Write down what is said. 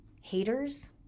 haters